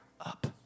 up